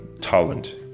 talent